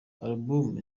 alubumu